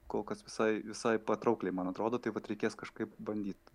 kol kas visai visai patraukliai man atrodo tai vat reikės kažkaip bandyt